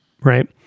right